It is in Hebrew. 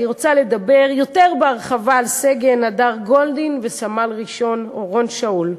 אני רוצה לדבר יותר בהרחבה על סגן הדר גולדין וסמל-ראשון אורון שאול,